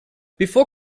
before